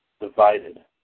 divided